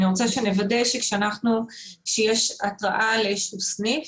אני רוצה שנוודא שכאשר יש התראה לאיזשהו סניף,